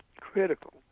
critical